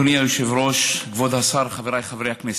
אדוני היושב-ראש, כבוד השר, חבריי חברי הכנסת,